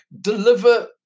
Deliver